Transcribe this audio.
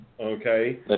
Okay